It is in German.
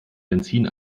benzin